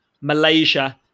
Malaysia